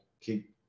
keep